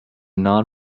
non